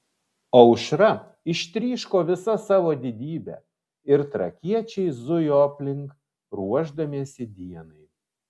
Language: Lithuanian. aušra ištryško visa savo didybe ir trakiečiai zujo aplink ruošdamiesi dienai